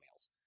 emails